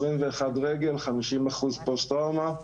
21 רגל, 50% פוסט-טראומה.